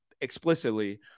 explicitly—